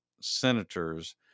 senators